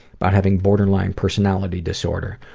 about having borderline personality disorder,